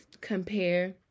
compare